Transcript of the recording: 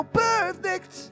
perfect